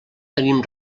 tenim